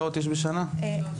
בשנה?